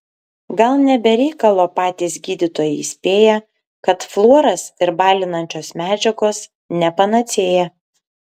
gal ne be reikalo patys gydytojai įspėja kad fluoras ir balinančios medžiagos ne panacėja